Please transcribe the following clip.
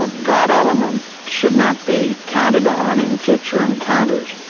ah that element should not be counted on in future encounters.